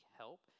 help